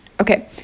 Okay